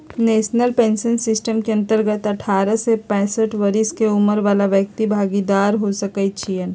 national pension system के अंतर्गत अठारह से पैंसठ बरिश के उमर बला व्यक्ति भागीदार हो सकइ छीन्ह